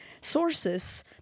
sources